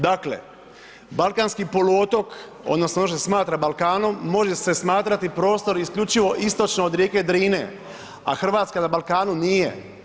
Dakle, balkanski poluotok odnosno ono što se smatra Balkanom može se smatrati prostor isključivo istočno od rijeke Drine, a Hrvatska na Balkanu nije.